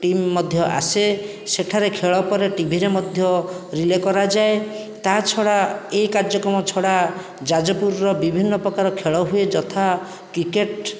team ମଧ୍ୟ ଆସେ ସେଠାରେ ଖେଳ ପରେ ଟିଭିରେ ମଧ୍ୟ ରିଲେ କରାଯାଏ ତା ଛଡ଼ା ଏ କାର୍ଯ୍ୟକ୍ରମ ଛଡ଼ା ଯାଜପୁରର ବିଭିନ୍ନ ପ୍ରକାର ଖେଳ ହୁଏ ଯଥା କ୍ରିକେଟ